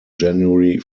january